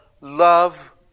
love